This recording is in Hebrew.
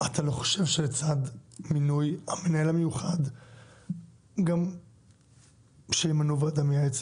אתה לא חושב שלצד המינוי המנהל המיוחד גם שימנו ועדה מייעצת,